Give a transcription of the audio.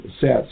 sets